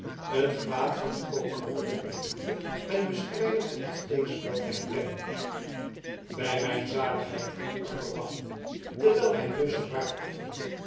het gewaad van den kokeler belet mij niet mijn bestrijder op het steekspel te herkennen bij mijn zaligheid riep arkel lachende terwijl hij neus en baard afwierp